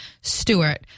Stewart